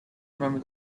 remember